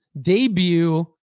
debut